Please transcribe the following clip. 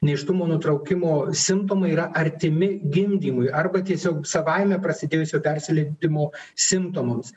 nėštumo nutraukimo simptomai yra artimi gimdymui arba tiesiog savaime prasidėjusio persileidimo simptomams